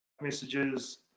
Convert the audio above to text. messages